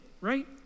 right